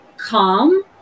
calm